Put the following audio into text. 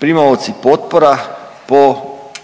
primaoci potpora po visini